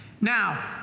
Now